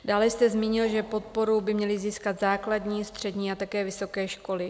Dále jste zmínil, že podporu by měly získat základní, střední a také vysoké školy.